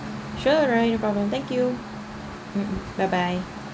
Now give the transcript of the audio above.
sure alright no problem thank you mmhmm bye bye